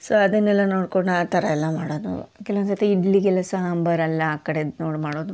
so ಅದನ್ನೆಲ್ಲ ನೋಡ್ಕೊಂಡು ಆ ಥರ ಎಲ್ಲ ಮಾಡೋದು ಕೆಲವೊಂದು ಸರ್ತಿ ಇಡ್ಲಿಗೆಲ್ಲ ಸಾಂಬಾರೆಲ್ಲ ಆ ಕಡೆದು ನೋಡಿ ಮಾಡೋದು